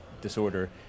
disorder